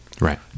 right